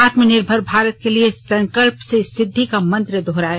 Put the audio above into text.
आत्मनिर्भर भारत के लिए संकल्प से सिद्धि का मंत्र दोहराया